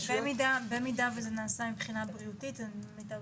במידה שזה נעשה מבחינה בריאותית למיטב